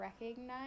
recognize